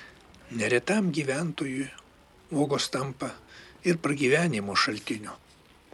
neretam gyventojui uogos tampa ir pragyvenimo šaltiniu